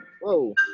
Whoa